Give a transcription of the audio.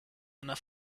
einer